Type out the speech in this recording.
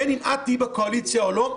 בין אם תהיי בקואליציה או לא,